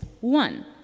One